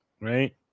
right